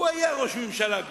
הוא כבר היה ראש ממשלה,